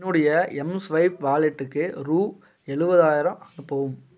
என்னுடைய எம்ஸ்வைப் வாலெட்டுக்கு ரூ எழுவதாயிரம் அனுப்பவும்